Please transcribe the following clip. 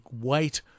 weight